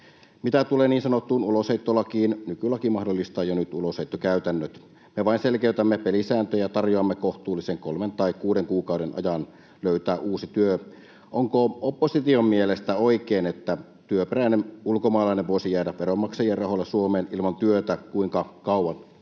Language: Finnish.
Mitä tulee niin sanottuun ulosheittolakiin, nykylaki mahdollistaa jo nyt ulosheittokäytännöt. Me vain selkeytämme pelisääntöjä ja tarjoamme kohtuullisen kolmen tai kuuden kuukauden ajan löytää uusi työ. Onko opposition mielestä oikein, että työperäinen ulkomaalainen voisi jäädä veronmaksajien rahoilla Suomeen ilman työtä kuinka kauan